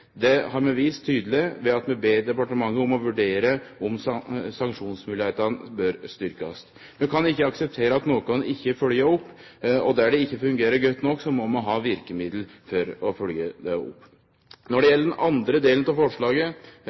Det har vi vist tydeleg ved at vi ber departementet om å vurdere om sanksjonsmoglegheitene bør styrkjast. Vi kan ikkje akseptere at nokon ikkje følgjer opp, og der det ikkje fungerer godt nok, må vi ha verkemiddel for å følgje det opp. Når det gjeld den andre delen av forslaget,